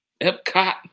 Epcot